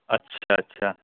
اچھا اچھا